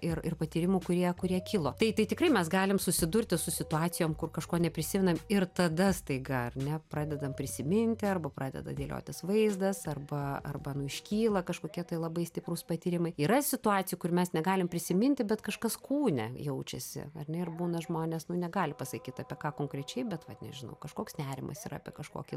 ir ir patyrimų kurie kurie kilo tai tai tikrai mes galim susidurti su situacijom kur kažko neprisimenam ir tada staiga ar ne pradedam prisiminti arba pradeda dėliotis vaizdas arba arba nu iškyla kažkokie tai labai stiprūs patyrimai yra situacijų kur mes negalim prisiminti bet kažkas kūne jaučiasi ar ne ir būna žmonės negali pasakyt apie ką konkrečiai bet vat nežinau kažkoks nerimas yra apie kažkokį